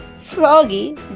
Froggy